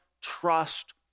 trust